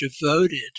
devoted